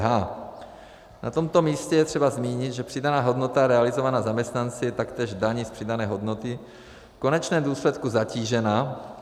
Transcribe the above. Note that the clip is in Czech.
Na tomto místě je třeba zmínit, že přidaná hodnota realizovaná zaměstnanci je taktéž daní z přidané hodnoty v konečném důsledku zatížena.